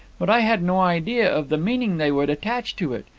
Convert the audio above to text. but i had no idea of the meaning they would attach to it.